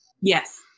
Yes